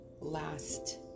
last